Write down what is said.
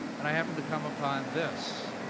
and i happened to come upon this.